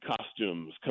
costumes